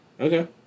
Okay